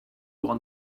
want